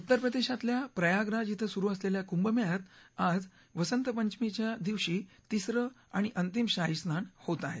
उत्तरप्रदेशातल्या प्रयागराज इथं सुरु असलेल्या कुंभमेळ्यात आज वसंतपंचमीच्या दिवशी तिसरं आणि अंतिम शाहीस्नान होत आहे